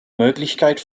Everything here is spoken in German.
möglichkeit